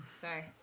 Sorry